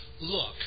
look